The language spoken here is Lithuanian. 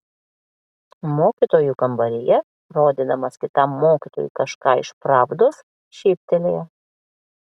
mokytojų kambaryje rodydamas kitam mokytojui kažką iš pravdos šyptelėjo